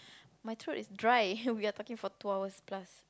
my throat is dry we are talking for two hours plus